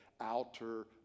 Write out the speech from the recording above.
outer